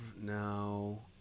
no